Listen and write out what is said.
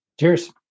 Cheers